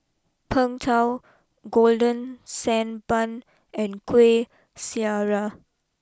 Png Tao Golden Sand Bun and Kuih Syara